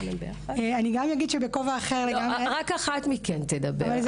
רק אחת מכן תדבר.